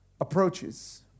approaches